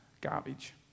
Garbage